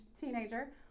teenager